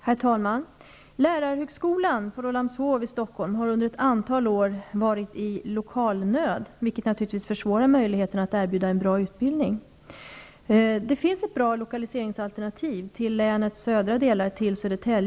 Herr talman! Lärarhögskolan på Rålambshov i Stockholm har under ett antal år varit i lokalnöd, vilket naturligtvis försämrar möjligheterna att er bjuda en bra utbildning. Det finns ett bra lokalise ringsalternativ, nämligen Södertälje i länets södra del.